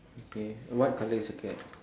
okay what colour is your cat